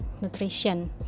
nutrition